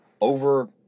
over